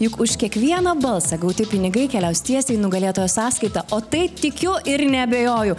juk už kiekvieną balsą gauti pinigai keliaus tiesiai į nugalėtojo sąskaitą o tai tikiu ir neabejoju